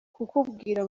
kukubwira